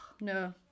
no